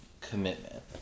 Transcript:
commitment